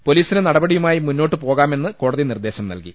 പൊലീസിന് നടപടിയുമായി മുന്നോട്ട് പോകാമെന്ന് കോടതി നിർദേശം നൽകി